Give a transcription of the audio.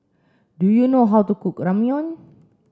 do you know how to cook Ramyeon